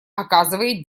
оказывает